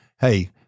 hey